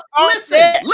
listen